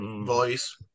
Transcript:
voice